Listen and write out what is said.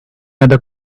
other